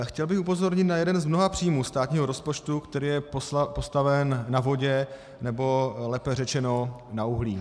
Chtěl bych upozornit na jeden z mnoha příjmů státního rozpočtu, který je postaven na vodě, nebo lépe řečeno na uhlí.